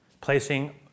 Placing